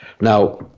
now